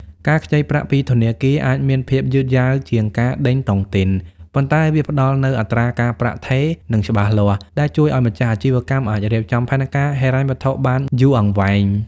ការខ្ចីប្រាក់ពីធនាគារអាចមានភាពយឺតយ៉ាវជាងការដេញតុងទីន ប៉ុន្តែវាផ្ដល់នូវអត្រាការប្រាក់ថេរ និងច្បាស់លាស់ ដែលជួយឱ្យម្ចាស់អាជីវកម្មអាចរៀបចំផែនការហិរញ្ញវត្ថុបានយូរអង្វែង។